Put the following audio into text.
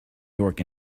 york